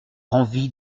envie